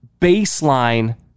baseline